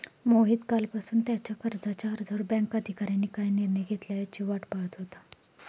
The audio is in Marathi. मोहित कालपासून त्याच्या कर्जाच्या अर्जावर बँक अधिकाऱ्यांनी काय निर्णय घेतला याची वाट पाहत होता